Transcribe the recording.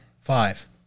five